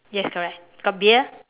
yes correct got beard